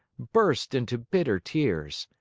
burst into bitter tears.